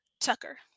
Tucker